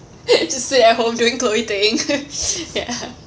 just sit at home doing chloe ting ya